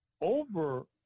over